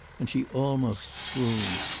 and she almost swooned.